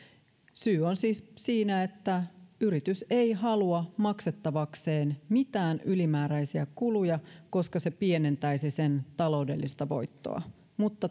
syy on siis siinä että yritys ei halua maksettavakseen mitään ylimääräisiä kuluja koska se pienentäisi sen taloudellista voittoa mutta